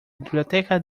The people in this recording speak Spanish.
biblioteca